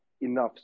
enough